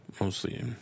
Mostly